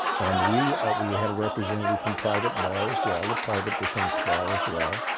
and we um we had a representative from private bar as well, the private defense bar as well,